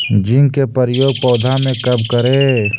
Zinc के प्रयोग पौधा मे कब करे?